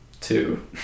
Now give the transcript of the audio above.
two